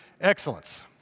Excellence